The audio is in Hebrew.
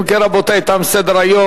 אם כן, רבותי, תם סדר-היום.